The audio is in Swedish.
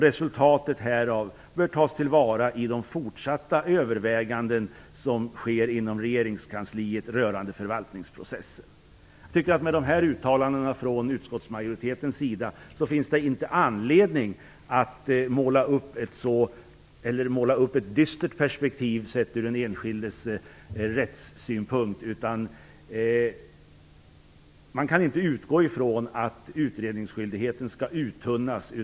Resultatet härav bör tas till vara i de fortsatta överväganden rörande förvaltningsprocessen som alltjämt pågår i regeringskansliet till följd av Domstolsutredningens förslag." Mot bakgrund av dessa uttalanden från utskottsmajoritetens sida finns det ingen anledning att måla upp ett dystert perspektiv sett ur den enskildes rättssynpunkt. Man kan inte utgå från att utredningsskyldigheten skall uttunnas.